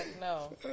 No